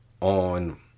on